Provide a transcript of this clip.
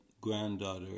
granddaughter